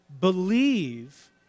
believe